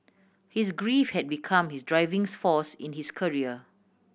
his grief had become his drivings force in his career